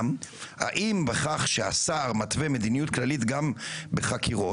האם בכך שהשר מתווה מדיניות כללית גם בחקירות,